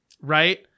right